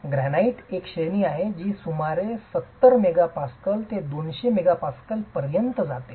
ग्रॅनाइटची एक श्रेणी आहे जी सुमारे 70 MPa पासून 200 MPa पर्यंत जाते